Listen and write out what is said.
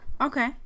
Okay